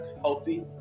healthy